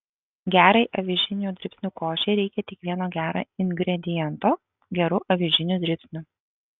gerai avižinių dribsnių košei reikia tik vieno gero ingrediento gerų avižinių dribsnių